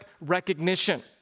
recognition